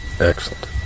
excellent